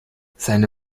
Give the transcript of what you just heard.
seine